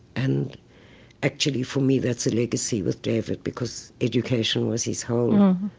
and actually, for me, that's a legacy with david because education was his home.